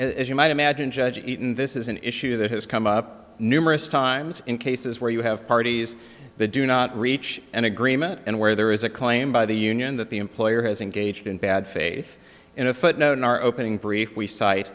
as you might imagine judge eaton this is an issue that has come up numerous times in cases where you have parties they do not reach an agreement and where there is a claim by the union that the employer has engaged in bad faith in a footnote in our opening brief we cite